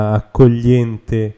accogliente